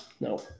No